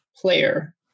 player